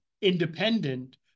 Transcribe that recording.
independent